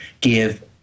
give